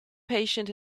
patient